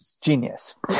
genius